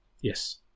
yes